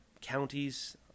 counties